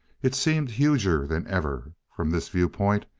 it seemed huger than ever from this viewpoint,